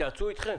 התייעצו אתכם?